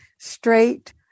straight